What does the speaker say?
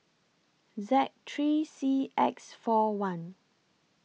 Z three C X four one